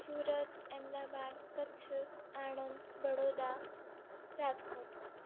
Surat Ahmedabad Kutch Anand Baroda Rajkot